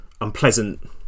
unpleasant